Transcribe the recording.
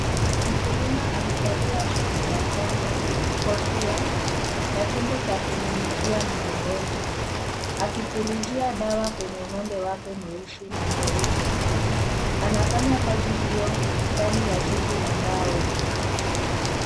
Mkulima amevalia suti ya njano, kofia na chombo cha kunyunyizia mgongoni. Akipulizia dawa kwenye ng'ombe wake mweusi na mweupe. Anafanya kazi hiyo ndani ya zizi la mbao